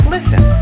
Listen